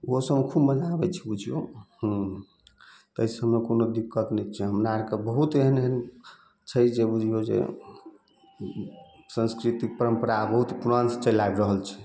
ओहो सबमे खूब मजा आबैत छै बुझियौ तै सबमे कोनो दिक्कत नहि छै हमरा आरके बहुत एहन एहन छै जे बुझियौ जे संस्कृतिक परंपरा बहुत पुरान से चलि आबि रहल छै